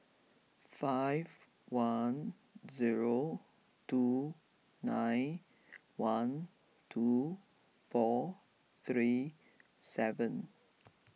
five one zero two nine one two four three seven